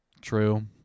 True